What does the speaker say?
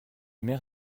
mère